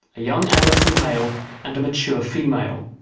a young adolescent male and a mature female,